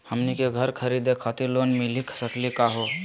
हमनी के घर खरीदै खातिर लोन मिली सकली का हो?